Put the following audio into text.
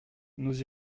nous